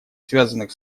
связанных